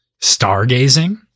stargazing